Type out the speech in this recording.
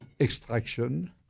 extraction